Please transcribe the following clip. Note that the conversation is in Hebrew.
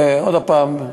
עוד הפעם,